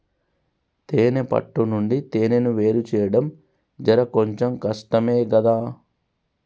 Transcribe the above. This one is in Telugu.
తేనే పట్టు నుండి తేనెను వేరుచేయడం జర కొంచెం కష్టమే గదా